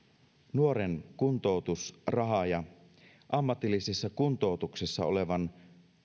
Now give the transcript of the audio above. nuoren kuntoutusraha ja ammatillisessa kuntoutuksessa olevan